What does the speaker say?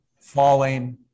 falling